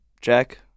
Jack